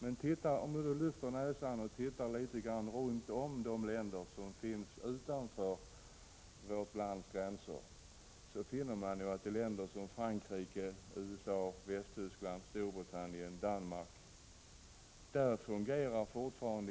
Om vi lyfter näsan och ser hur det förhåller sig i andra länder, finner vi att industrin i länder som Frankrike, USA, Västtyskland, Storbritannien, och Danmark fortfarande fungerar.